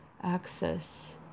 access